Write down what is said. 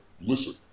listen